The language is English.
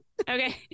okay